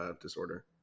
disorder